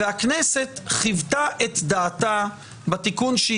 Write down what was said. והכנסת חיוותה את דעתה בתיקון שהיא